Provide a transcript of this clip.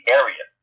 area